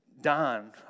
Don